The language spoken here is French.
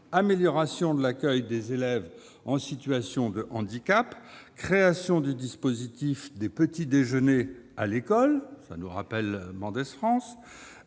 amélioration de l'accueil des élèves en situation de handicap ; création du dispositif des petits-déjeuners à l'école- qui n'est pas sans nous rappeler Mendès France